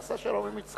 נעשה שלום עם מצרים.